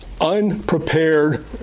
unprepared